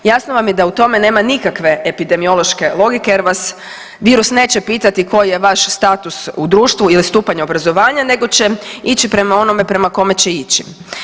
Jasno vam je da u tome nema nikakve epidemiološke logike jer vas virus neće pitati koji je vaš status u društvu ili stupanj obrazovanja nego će ići prema onome prema kome će ići.